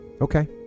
okay